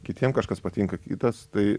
kitiem kažkas patinka kitas tai